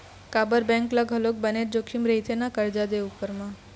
काबर बेंक ल घलोक बनेच जोखिम रहिथे ना करजा दे उपर म